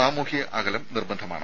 സാമൂഹിക അകലവും നിർബന്ധമാണ്